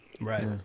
Right